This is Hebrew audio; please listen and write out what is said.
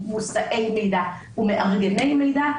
מושאי מידע ומארגני מידע,